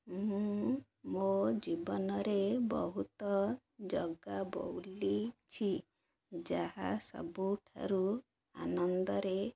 ମୁଁ ମୋ ଜୀବନରେ ବହୁତ ଜାଗା ବୁଲିଛି ଯାହା ସବୁଠାରୁ ଆନନ୍ଦରେ